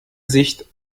sicht